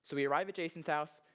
so we arrive at jason's house,